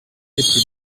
plus